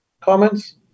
comments